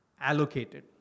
allocated